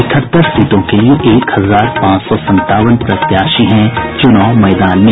इकहत्तर सीटों के लिए एक हजार पांच सौ संतावन प्रत्याशी हैं चुनाव मैदान में